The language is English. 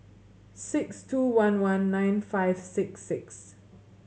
six two one one nine five six six